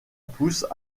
pousse